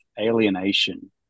alienation